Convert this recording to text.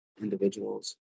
individuals